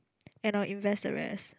and I will invest the rest